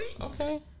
Okay